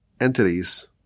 entities